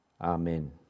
Amen